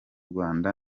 rwanda